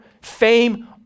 fame